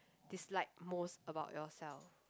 dislike most about yourself